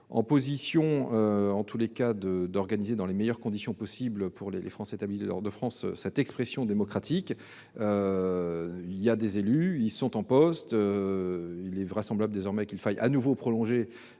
en situation d'organiser dans les meilleures conditions possible, pour les Français établis hors de France, cette expression démocratique. Il y a des élus, ils sont en poste. Il est vraisemblable désormais qu'il faille de nouveau prolonger